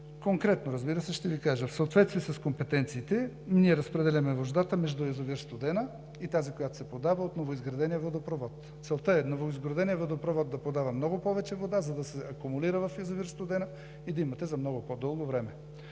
Конкретно, разбира се, ще Ви кажа: в съответствие с компетенциите ние разпределяме водата между язовир „Студена“ и тази, която се подова от новоизградения водопровод. Целта е новоизграденият водопровод да подава много повече вода, за да се акумулира в язовир „Студена“ и да имате за много по-дълго време.